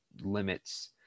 limits